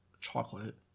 chocolate